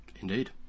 Indeed